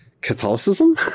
Catholicism